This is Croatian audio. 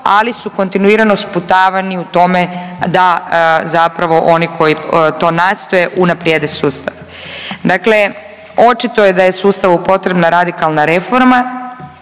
ali su kontinuirano sputavani u tome da zapravo oni koji to nastoje, unaprijede sustav. Dakle očito je da je sustavu potrebna radikalna reforma